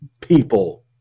people